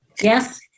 Yes